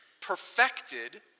perfected